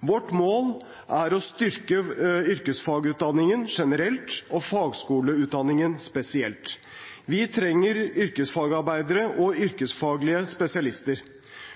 Vårt mål er å styrke yrkesfagutdanningen generelt og fagskoleutdanningen spesielt. Vi trenger yrkesfagarbeidere og yrkesfaglige spesialister.